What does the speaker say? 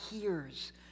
hears